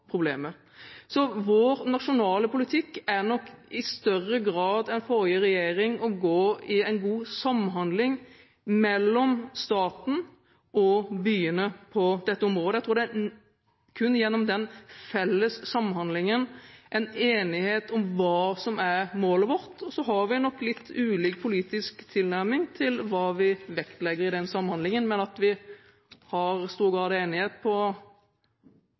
Vår nasjonale politikk er nok i større grad enn for forrige regjering å få til god samhandling mellom staten og byene på dette området. Jeg tror at det er kun gjennom denne felles samhandlingen at det kan bli enighet om hva som er målet vårt. Vi har nok litt ulik politisk tilnærming til hva vi vektlegger i den samhandlingen, men vi er i stor grad